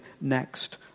next